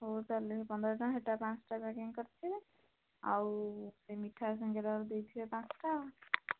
ହଉ ତା'ହେଲେ ପନ୍ଦର ଟଙ୍କା ହେଟା ପାଞ୍ଚଟା ପ୍ୟାକିଂ କରିଥିବେ ଆଉ ସେ ମିଠା ସାଙ୍ଗରେ ଆଉ ଦେଇଥିବେ ପାଞ୍ଚଟା